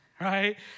Right